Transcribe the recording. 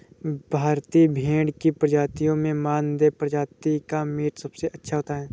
भारतीय भेड़ की प्रजातियों में मानदेय प्रजाति का मीट सबसे अच्छा होता है